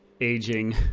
aging